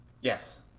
Yes